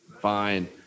Fine